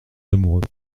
amoureux